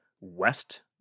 West